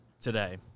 today